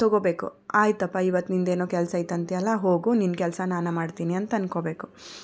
ತಗೊಳ್ಬೇಕು ಆಯಿತಪ್ಪ ಇವತ್ತು ನಿನ್ನದೇನೊ ಕೆಲಸ ಇತ್ತು ಅಂತೀಯಲ್ಲ ಹೋಗು ನಿನ್ನ ಕೆಲಸ ನಾನು ಮಾಡ್ತೀನಿ ಅಂತ ಅಂದ್ಕೊಳ್ಬೇಕು